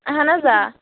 اَہَن حظ آ